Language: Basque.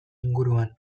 inguruan